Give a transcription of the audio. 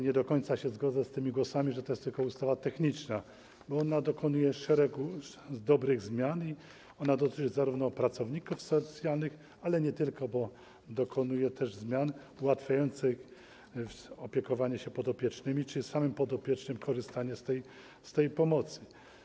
Nie do końca się zgodzę z głosami, że to jest tylko ustawa techniczna, bo ona dokonuje szeregu dobrych zmian i dotyczy pracowników socjalnych, ale nie tylko, bo dokonuje też zmian ułatwiających opiekowanie się podopiecznymi czy samym podopiecznym korzystanie z pomocy.